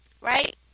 right